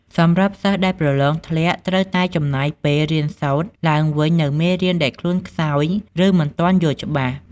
សម្រាប់សិស្សដែលប្រឡងធ្លាក់ ត្រូវតែចំណាយពេល រៀនសូត្រឡើងវិញនូវមេរៀនដែលខ្លួនខ្សោយ ឬមិនទាន់យល់ច្បាស់។